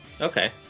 Okay